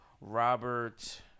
Robert